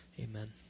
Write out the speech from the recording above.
Amen